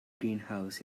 greenhouse